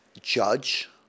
judge